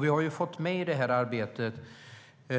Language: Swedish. Vi har i det arbetet och